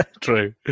True